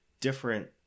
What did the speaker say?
different